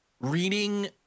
Reading